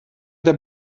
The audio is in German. der